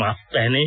mask पहनें